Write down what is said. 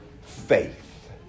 faith